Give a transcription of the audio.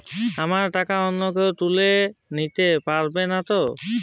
আমার টাকা অন্য কেউ তুলে নিতে পারবে নাতো?